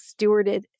stewarded